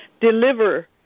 Deliver